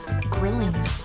grilling